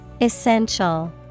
Essential